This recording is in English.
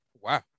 Wow